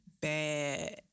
bad